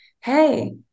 hey